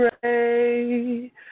pray